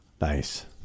Nice